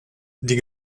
die